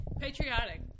Patriotic